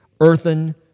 Earthen